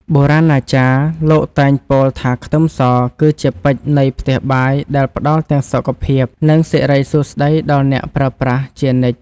បុរាណាចារ្យលោកតែងពោលថាខ្ទឹមសគឺជាពេជ្រនៃផ្ទះបាយដែលផ្តល់ទាំងសុខភាពនិងសិរីសួស្តីដល់អ្នកប្រើប្រាស់ជានិច្ច។